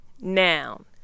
noun